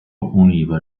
univa